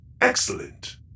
Excellent